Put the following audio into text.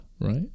right